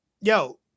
Yo